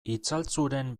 itzaltzuren